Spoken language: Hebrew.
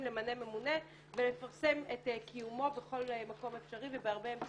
למנה ממונה ולפרסם את קיומו בכל מקום אפשרי ובהרבה אמצעים,